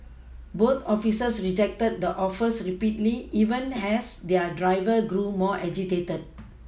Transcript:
both officers rejected the offers repeatedly even as their driver grew more agitated